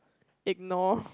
ignore